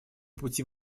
пути